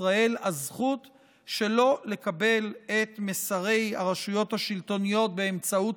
ישראל הזכות שלא לקבל את מסרי הרשויות השלטוניות באמצעות